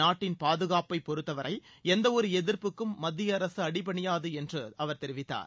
நாட்டின் பாதுகாப்பை பொறுத்தவரை எந்த ஒரு எதிர்ப்புக்கும் மத்திய அரசு அடிபனியாது என்று அவர் தெரிவித்தார்